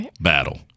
battle